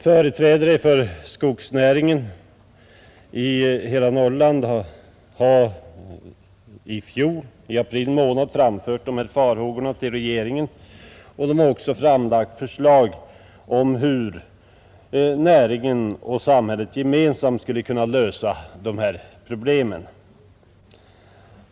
Företrädare för skogsnäringen i hela Norrland har i april månad i fjol framfört de här farhågorna till regeringen, och de har också framlagt förslag om hur näringen och samhället gemensamt skulle kunna lösa problemen.